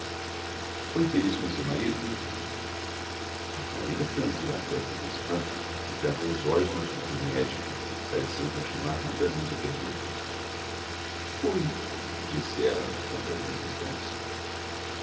foi feliz com seu marido margarida franziu a testa com espanto e cravou os olhos nos do médico que pareciam continuar mudamente a pergunta fui disse ela no fim de alguns instantes